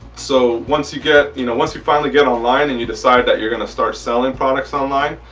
so once you get you know once you finally get online and you decide that you're going to start selling products online.